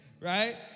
right